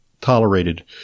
tolerated